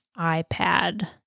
iPad